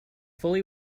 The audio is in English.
fully